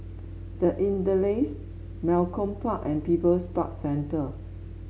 The Interlace Malcolm Park and People's Park Centre